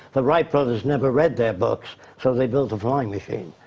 the wright brothers never read their books, so they built the flying machine.